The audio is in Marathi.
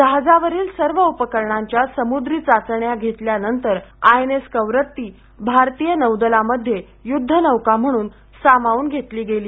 जहाजावरील सर्व उपकरणांच्या समुद्री चाचण्या घेतल्यानंतर आय एन एस कवरत्ती भारतीय नौदलामध्ये युद्धनौका म्हणून सामावून घेतली गेली